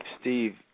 Steve